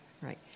right